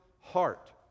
heart